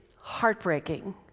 heartbreaking